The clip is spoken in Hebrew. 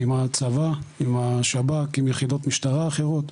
גם עם הצבא, גם עם השב"כ, ועם יחידות משטרה אחרות.